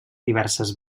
diverses